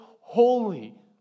holy